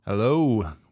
Hello